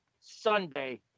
Sunday